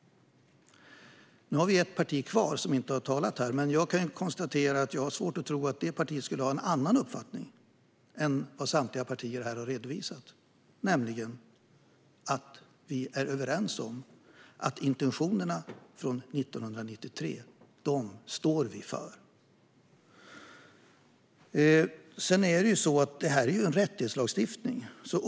Nu har vi ett parti kvar som inte har talat i debatten, men jag har svårt att tro att detta parti skulle ha en annan uppfattning än vad samtliga andra partier här har redovisat, nämligen att vi är överens om att vi står för intentionerna från 1993. Detta är en rättighetslagstiftning.